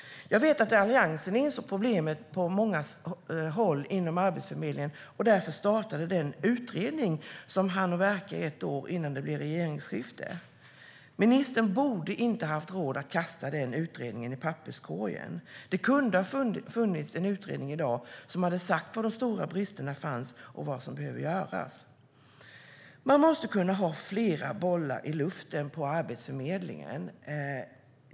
Jag vet att Alliansen insåg problemet på många håll inom Arbetsförmedlingen och därför startade den utredning som hann verka i ett år innan det blev regeringsskifte. Ministern borde inte haft råd att kasta den utredningen i papperskorgen. Det kunde ha funnits en utredning i dag som hade sagt var de stora bristerna fanns och vad som behöver göras. Man måste kunna ha flera bollar i luften på Arbetsförmedlingen.